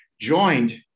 joined